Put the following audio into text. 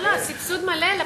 לא לא, סבסוד מלא?